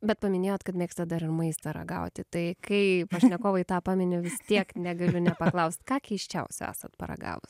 bet paminėjot kad mėgstat dar ir maistą ragauti tai kai pašnekovai tą pamini vis tiek negaliu nepaklaust ką keisčiausio esat paragavus